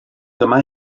dyma